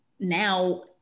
Now